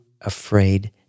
afraid